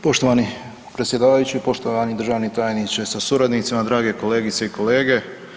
Poštovani predsjedavajući, poštovani državni tajniče sa suradnicima, drage kolegice i kolege.